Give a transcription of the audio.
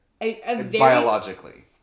biologically